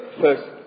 first